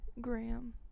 Graham